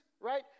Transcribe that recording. right